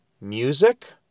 music